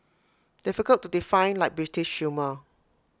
difficult to define like British humour